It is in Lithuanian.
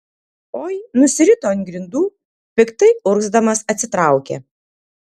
oi nusirito ant grindų piktai urgzdamas atsitraukė